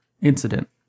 Incident